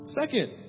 Second